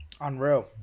Unreal